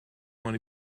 going